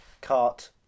cart